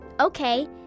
Okay